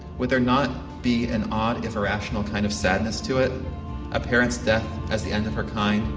would there not be an odd if irrational kind of sadness to it a parent's death as the end of her kind,